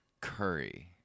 curry